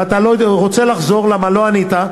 ואתה לא יודע, רוצה לחזור ולומר למה לא ענית,